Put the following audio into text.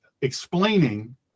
explaining